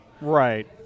right